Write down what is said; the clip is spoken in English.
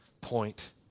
point